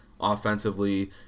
offensively